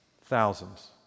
Thousands